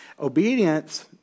Obedience